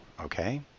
Okay